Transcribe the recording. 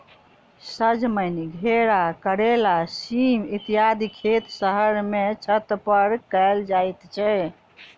सजमनि, घेरा, करैला, सीम इत्यादिक खेत शहर मे छत पर कयल जाइत छै